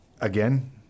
again